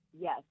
Yes